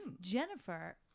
Jennifer